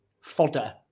fodder